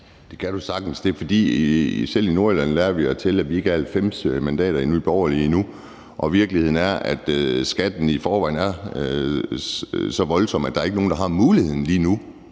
Det kan du sagtens. Selv i Nordjylland har vi lært at tælle til, at vi ikke er 90 mandater i Nye Borgerlige endnu. Og virkeligheden er, at skatten i forvejen er så voldsom, at der lige nu ikke er nogen, der har muligheden for